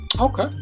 Okay